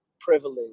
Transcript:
privilege